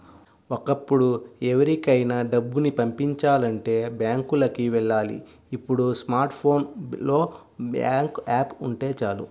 ఒకప్పుడు ఎవరికైనా డబ్బుని పంపిచాలంటే బ్యాంకులకి వెళ్ళాలి ఇప్పుడు స్మార్ట్ ఫోన్ లో బ్యాంకు యాప్ ఉంటే చాలు